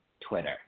Twitter